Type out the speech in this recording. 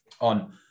on